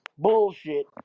bullshit